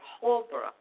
Holbrook